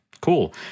cool